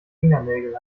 fingernägel